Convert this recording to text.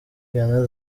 ghana